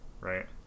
right